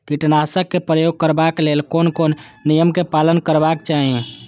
कीटनाशक क प्रयोग करबाक लेल कोन कोन नियम के पालन करबाक चाही?